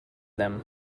them